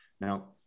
Now